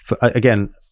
again